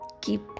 keep